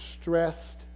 stressed